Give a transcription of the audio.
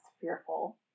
fearful